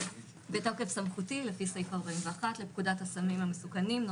בתוקף סמכותי לפי סעיף 41 לפקודת הסמים המסוכנים ,